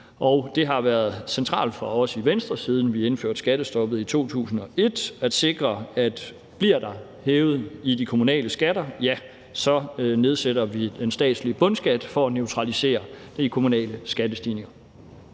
Det har været centralt for os i Venstre, siden vi indførte skattestoppet i 2001, at sikre, at bliver de kommunale skatter hævet, nedsætter vi den statslige bundskat for at neutralisere de kommunale skattestigninger.